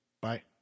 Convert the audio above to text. Bye